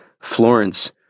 Florence